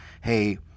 hey